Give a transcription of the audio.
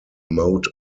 mode